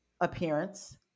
appearance